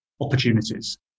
opportunities